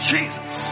Jesus